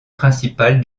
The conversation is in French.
principale